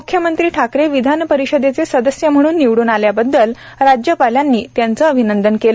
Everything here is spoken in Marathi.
मुख्यमंत्री ठाकरे विधानपरिषदेचे सदस्य म्हणून निवडून आल्याबद्दल राज्यपालांनी त्यांचे अभिनंदन केले